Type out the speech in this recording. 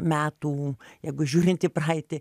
metų jeigu žiūrint į praeitį